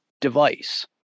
device